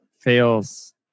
fails